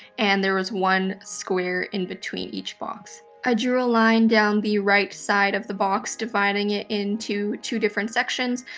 and there is one square in between each box. i drew a line down the right side of the box, dividing it into two different sections,